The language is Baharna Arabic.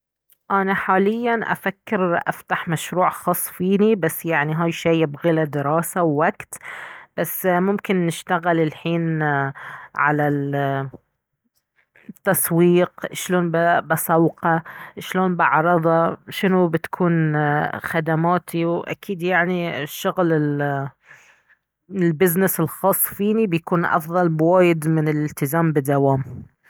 انا حاليا افكر افتح مشروع خاص فيني بس يعني هاي شي يبغيله دراسة ووقت بس ممكن نشتغل الحين على التسويق شلون بسوقه شلون بعرضه شنو بتكون خدماتي واكيد يعني شغل البزنس الخاص فيني بيكون افضل بوايد من الإلتزام بدوام